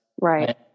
Right